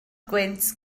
gwynt